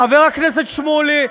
חבר הכנסת שמולי,